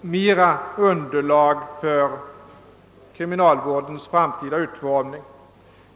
vidgat underlag för kriminalvårdens framtida utformning.